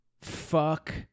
fuck